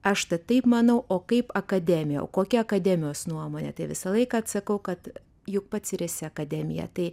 aš taip manau o kaip akademija o kokia akademijos nuomonė tai visą laiką atsakau kad juk pats ir esi akademija tai